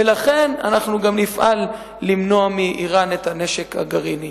ולכן גם נפעל למנוע מאירן את הנשק הגרעיני.